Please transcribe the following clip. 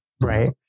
Right